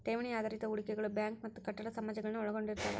ಠೇವಣಿ ಆಧಾರಿತ ಹೂಡಿಕೆಗಳು ಬ್ಯಾಂಕ್ ಮತ್ತ ಕಟ್ಟಡ ಸಮಾಜಗಳನ್ನ ಒಳಗೊಂಡಿರ್ತವ